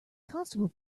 constable